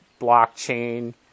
blockchain